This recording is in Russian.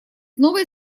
новой